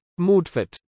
Moodfit